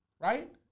Right